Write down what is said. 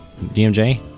dmj